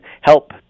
help